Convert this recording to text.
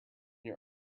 your